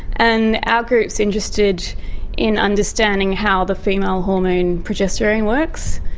and our group is interested in understanding how the female hormone progesterone works.